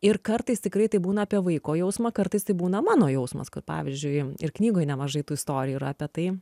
ir kartais tikrai taip būna apie vaiko jausmą kartais tai būna mano jausmas kad pavyzdžiui ir knygoj nemažai tų istorijų yra apie tai